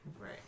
Right